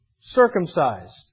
circumcised